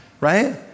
right